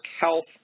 health